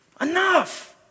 Enough